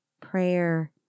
prayer